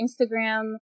Instagram